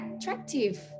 attractive